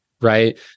right